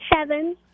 Seven